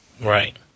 Right